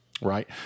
right